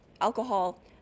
alcohol